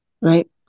right